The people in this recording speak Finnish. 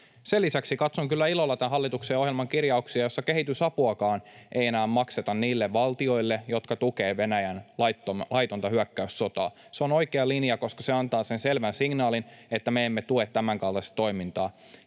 Sen lisäksi katson kyllä ilolla tämän hallituksen ohjelman kirjauksia, joissa kehitysapuakaan ei enää makseta niille valtioille, jotka tukevat Venäjän laitonta hyökkäyssotaa. Se on oikea linja, koska se antaa sen selvän signaalin, että me emme tue tämänkaltaista toimintaa.